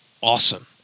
awesome